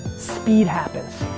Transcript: speed happens.